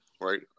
right